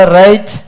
right